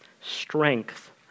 strength